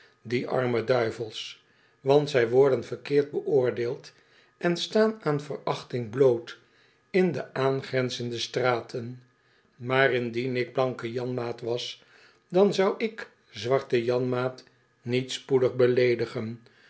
die arme duivels want zij worden verkeerd beoordeeld en staan aan verachting bloot in de aangrenzende straten maar indien ik blanke janmaat was dan zou ik zwarten janmaat niet spoedig beleedigen